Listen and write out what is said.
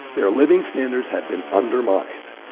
their living standards have been undermined.